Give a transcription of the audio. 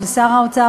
של שר האוצר,